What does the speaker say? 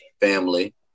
family